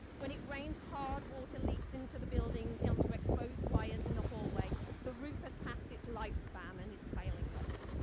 when it rains hard water leaks into the building um to exposed wires in the hallway the roof has passed its lifespan and is failing us.